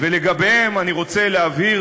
ולגביהם אני רוצה להבהיר,